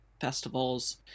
festivals